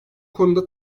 konuda